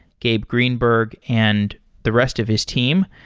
gabe greenberg, and the rest of his team.